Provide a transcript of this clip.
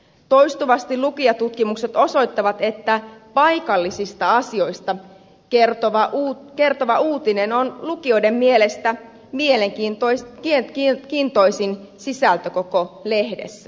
toistuvasti lukijatutkimukset osoittavat että paikallisista asioista kertova uutinen on lukijoiden mielestä mielenkiintoisin sisältö koko lehdessä